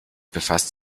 befasst